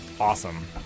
awesome